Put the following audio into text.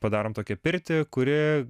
padarom tokią pirtį kuri